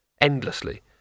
Endlessly